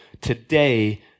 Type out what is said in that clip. today